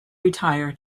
retire